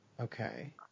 Okay